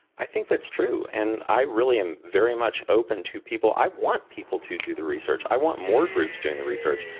i think that's true. and i really am very much open to people. i want people to do the research. i want more groups doing the research,